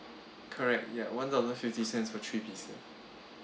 correct ya one dollar fifty cents for three pieces